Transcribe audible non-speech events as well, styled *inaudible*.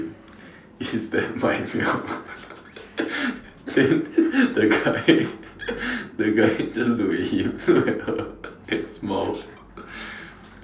is that my milk *laughs* then the guy *laughs* the guy just looked at him looked at her *laughs* and smiled